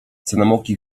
cynamonki